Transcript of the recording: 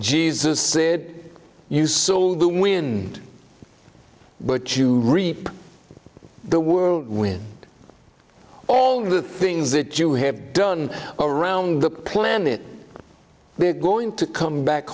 jesus said you sold the wind but you reap the world when all the things that you have done around the planet they're going to come back